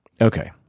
Okay